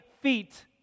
feet